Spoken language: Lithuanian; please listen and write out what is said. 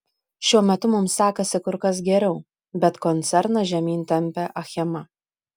šiuo metu mums sekasi kur kas geriau bet koncerną žemyn tempia achema